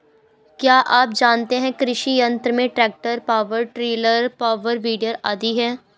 क्या आप जानते है कृषि यंत्र में tractor, power tiller, power weeder आदि है?